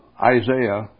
Isaiah